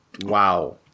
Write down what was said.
Wow